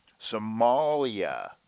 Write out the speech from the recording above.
Somalia